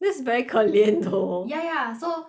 that's very 可怜 though ya ya so